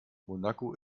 monaco